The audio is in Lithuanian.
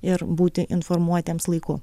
ir būti informuotiems laiku